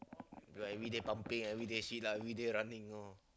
because every day pumping every day sit up every day running